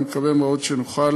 אני מקווה מאוד שנוכל